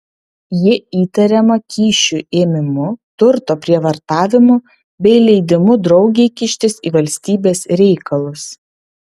ji įtariama kyšių ėmimu turto prievartavimu bei leidimu draugei kištis į valstybės reikalus